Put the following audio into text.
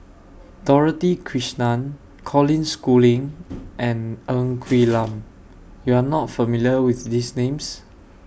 Dorothy Krishnan Colin Schooling and Ng Quee Lam YOU Are not familiar with These Names